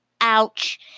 ouch